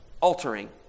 altering